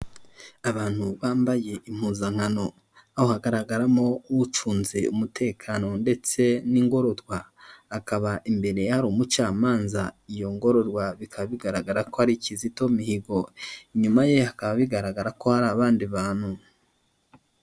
Abantu bambaye impuzankano. Aho hagaragaramo ucunze umutekano ndetse n'ingorotwa. Akaba imbere hari umucamanza, iyo ngororwa bikaba bigaragara ko ari Kizito mihigo. inyuma ye hakaba bigaragara ko hari abandi bantu.